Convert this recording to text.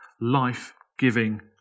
life-giving